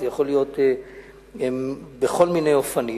זה יכול להיות בכל מיני אופנים.